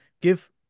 give